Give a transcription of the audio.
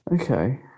Okay